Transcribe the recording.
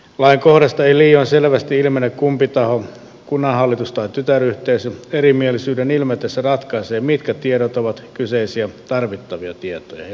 lainkohdasta ei liioin selvästi ilmene kumpi taho kunnanhallitus vai tytäryhteisö erimielisyyden ilmetessä ratkaisee mitkä tiedot ovat kyseisiä tarvittavia tietoja ja mitkä eivät